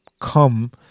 come